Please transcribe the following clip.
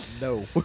No